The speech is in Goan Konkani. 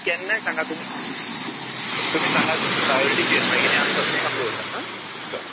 केन्ना सांगात तुमी तुमी सांगात प्रायोरिटीचेर म्हळ्या आमी कसलेंय काम दवरतात आं चल